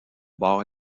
bords